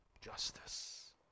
justice